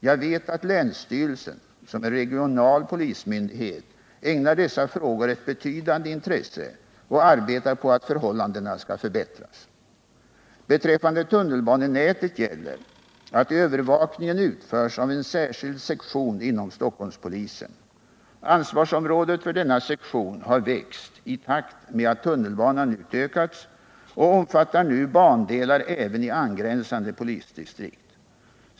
Jag vet att länsstyrelsen, som är regional polismyndighet, ägnar dessa frågor ett betydande intresse och arbetar på att förhållandena skall förbättras. Beträffande tunnelbanenätet gäller att övervakningen utförs av en särskild sektion inom Stockholmspolisen. Ansvarsområdet för denna sektion har växt i takt med att tunnelbanan utökats och omfattar nu bandelar även i angränsande polisdistrikt.